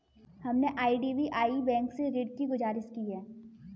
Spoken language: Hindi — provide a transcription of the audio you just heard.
हमने आई.डी.बी.आई बैंक से ऋण की गुजारिश की है